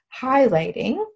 highlighting